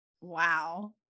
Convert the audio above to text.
Wow